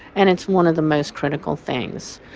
and it's one of the most critical things.